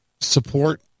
support